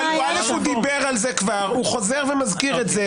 הוא דיבר על זה כבר, הוא חוזר ומזכיר את זה.